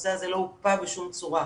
הנושא הזה לא הוקפא בשום צורה.